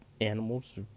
animals